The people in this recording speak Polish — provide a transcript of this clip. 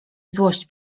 złość